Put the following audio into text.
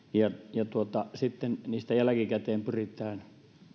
sitten niihin jälkikäteen pyritään